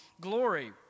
glory